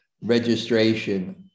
registration